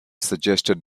suggested